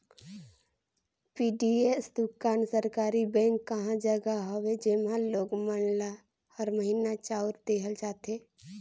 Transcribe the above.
PDS दुकान सहकारी bank कहा जघा हवे जेम्हे लोग मन ल हर महिना चाँउर देहल जाथे